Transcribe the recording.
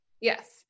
Yes